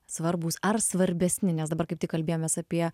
svarbūs ar svarbesni nes dabar kaip tik kalbėjomės apie